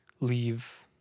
Leave